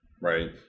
right